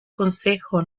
concejo